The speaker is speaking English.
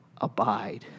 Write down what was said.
abide